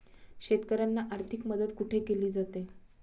शेतकऱ्यांना आर्थिक मदत कुठे केली जाते?